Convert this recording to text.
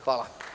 Hvala.